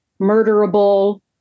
murderable